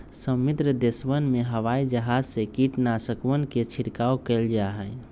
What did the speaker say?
समृद्ध देशवन में हवाई जहाज से कीटनाशकवन के छिड़काव कइल जाहई